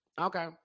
Okay